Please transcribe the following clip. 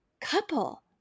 couple